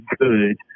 good